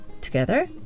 together